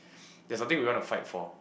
there's something we want to fight for